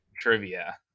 trivia